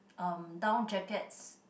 um down jackets